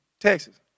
Texas